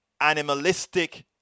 animalistic